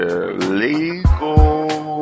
Illegal